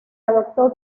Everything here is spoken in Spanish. adoptó